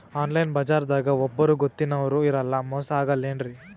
Online ಬಜಾರದಾಗ ಒಬ್ಬರೂ ಗೊತ್ತಿನವ್ರು ಇರಲ್ಲ, ಮೋಸ ಅಗಲ್ಲೆನ್ರಿ?